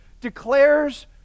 declares